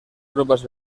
tropas